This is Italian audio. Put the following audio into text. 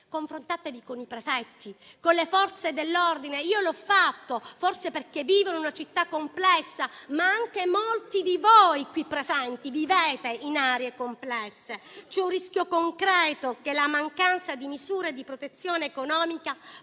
Confrontatevi con i prefetti, con le Forze dell'ordine. Io l'ho fatto, forse perché vivo in una città complessa, ma anche molti di voi qui presenti vivono in aree complesse. C'è un rischio concreto che la mancanza di misure di protezione economica porti